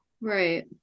Right